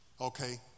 Okay